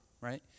right